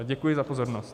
Děkuji za pozornost.